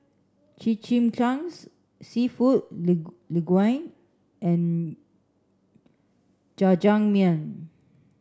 Chimichangas Seafood Linguine and Jajangmyeon